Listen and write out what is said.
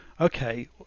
Okay